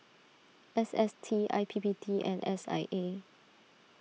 S S T I P P T and S I A